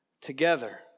together